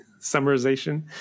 summarization